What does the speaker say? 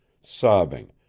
sobbing,